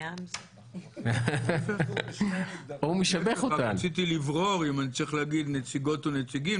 רק רציתי לברור אם אני צריך להגיד נציגות ונציגים,